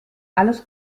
alles